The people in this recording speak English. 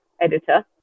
editor